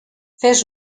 fes